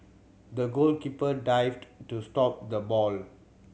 the goalkeeper dived to stop the ball